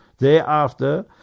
Thereafter